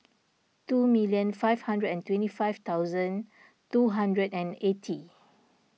two minute five hundred and twenty five thousand two hundred and eighty